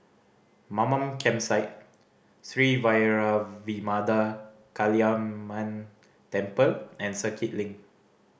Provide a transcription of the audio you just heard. Mamam Campsite Sri Vairavimada Kaliamman Temple and Circuit Link